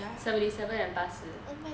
seventy seven and 八十